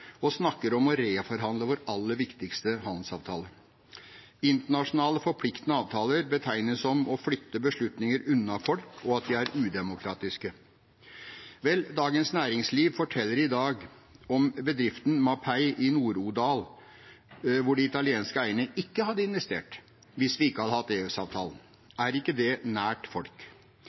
og snakker om å reforhandle vår aller viktigste handelsavtale. Internasjonale forpliktende avtaler betegnes som «å flytte beslutninger unna folk» og som «udemokratiske». Vel, Dagens Næringsliv forteller i dag om bedriften Mapei i Nord-Odal, hvor de italienske eierne ikke hadde investert hvis vi ikke hadde hatt EØS-avtalen. Er ikke det nær folk?